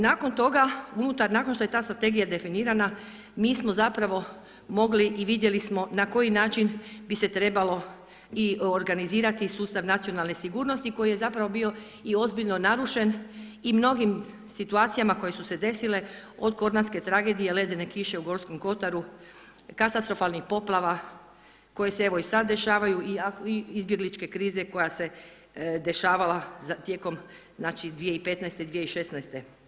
Nakon što je ta strategija definirana mi smo mogli i vidjeli smo na koji način bi se trebalo organizirati sustav nacionalne sigurnosti koji je bio i ozbiljno narušen i mnogim situacijama koje su se desile od kornatske tragedije, ledene kiše u Gorskom kotaru, katastrofalnih poplava koje se evo i sada dešavaju i izbjegličke krize koje se dešavala tijelom 2016., 2016.